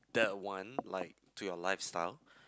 that one like to your lifestyle